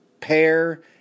pair